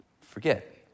Forget